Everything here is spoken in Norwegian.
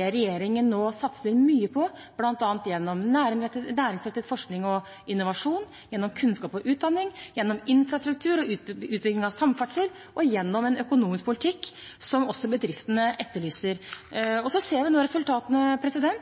regjeringen nå satser mye på, bl.a. gjennom næringsrettet forskning og innovasjon, gjennom kunnskap og utdanning, gjennom infrastruktur og utbygging av samferdsel og gjennom en økonomisk politikk som også bedriftene etterlyser. Vi ser nå resultatene.